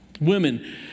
Women